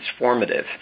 transformative